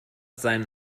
seinen